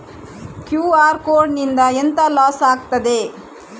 QR code ನಿಂದ ಎಂತ loss ಆಗ್ತದೆ?